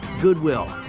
Goodwill